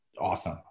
awesome